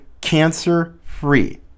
cancer-free